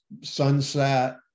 sunset